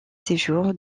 séjour